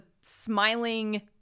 smiling